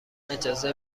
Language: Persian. اجازه